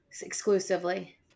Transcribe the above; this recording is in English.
exclusively